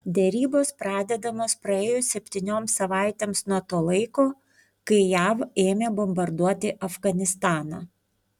derybos pradedamos praėjus septynioms savaitėms nuo to laiko kai jav ėmė bombarduoti afganistaną